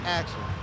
action